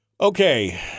Okay